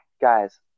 guys